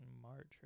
March